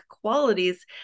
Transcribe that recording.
qualities